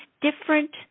different